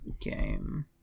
Game